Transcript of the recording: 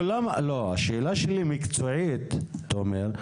השאלה שלי היא מקצועית, תומר.